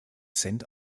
cent